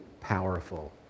powerful